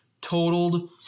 totaled